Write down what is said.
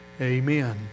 Amen